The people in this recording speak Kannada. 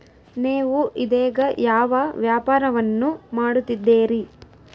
ನೇವು ಇದೇಗ ಯಾವ ವ್ಯಾಪಾರವನ್ನು ಮಾಡುತ್ತಿದ್ದೇರಿ?